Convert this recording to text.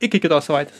iki kitos savaitės